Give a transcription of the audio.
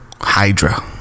hydra